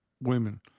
women